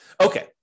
Okay